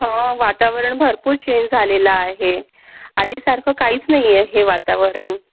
वातावरण भरपूर चेंज झालेलं आहे आधीसारखं काहीच नाही आहे हे वातावरण